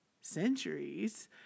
centuries